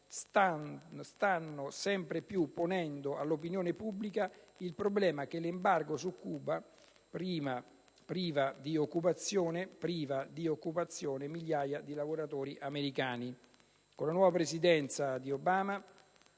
stanno sempre più ponendo all'opinione pubblica il problema che l'embargo su Cuba priva di occupazione migliaia di lavoratori americani.